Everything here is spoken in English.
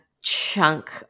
chunk